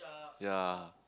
ya